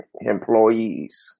employees